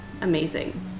amazing